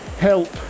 help